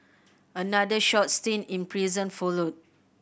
another short stint in prison followed